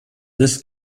this